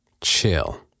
chill